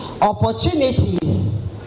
opportunities